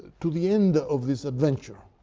to the end of this adventure,